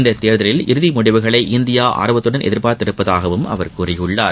இந்த தேர்தலில் இறுதி முடிவுகளை இந்தியா ஆர்வத்துடன் எதிர்பார்த்திருப்பதாகவும் அவர் கூறினார்